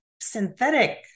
synthetic